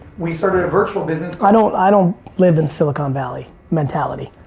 we started a virtual business. i don't i don't live in silicon valley mentality.